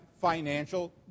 financial